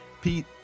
Pete